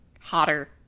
hotter